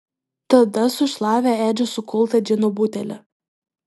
tada sušlavė edžio sukultą džino butelį